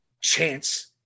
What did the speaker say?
chance